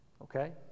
Okay